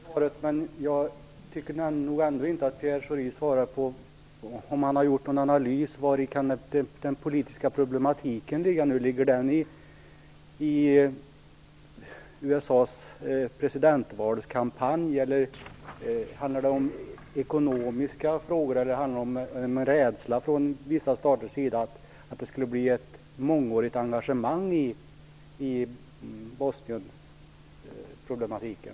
Herr talman! Jag vill tacka för det svaret. Jag tycker nog ändå inte att Pierre Schori svarar på frågan om han har gjort någon analys av vari den politiska problematiken kan ligga. Ligger den i USA:s presidentvalskampanj, eller handlar det om ekonomiska frågor eller om en rädsla från vissa staters sida för att det skall bli ett mångårigt engagemang i Bosnienproblematiken?